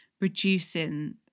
reducing